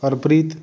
Harpreet